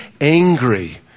angry